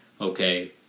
okay